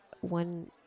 one